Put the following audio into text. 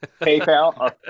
PayPal